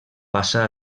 passà